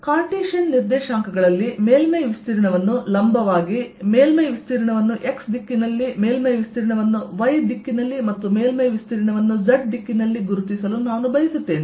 ಆದ್ದರಿಂದ ಕಾರ್ಟಿಸಿಯನ್ ನಿರ್ದೇಶಾಂಕಗಳಲ್ಲಿ ಮೇಲ್ಮೈ ವಿಸ್ತೀರ್ಣವನ್ನು ಲಂಬವಾಗಿ ಮೇಲ್ಮೈ ವಿಸ್ತೀರ್ಣವನ್ನು x ದಿಕ್ಕಿನಲ್ಲಿ ಮೇಲ್ಮೈ ವಿಸ್ತೀರ್ಣವನ್ನು y ದಿಕ್ಕಿನಲ್ಲಿ ಮತ್ತು ಮೇಲ್ಮೈ ವಿಸ್ತೀರ್ಣವನ್ನು z ದಿಕ್ಕಿನಲ್ಲಿ ಗುರುತಿಸಲು ನಾನು ಬಯಸುತ್ತೇನೆ